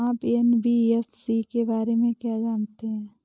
आप एन.बी.एफ.सी के बारे में क्या जानते हैं?